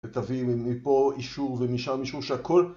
ותביאו מפה אישור ומשם אישור שהכול